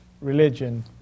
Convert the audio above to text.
religion